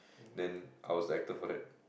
then I was elected for that